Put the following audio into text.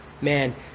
man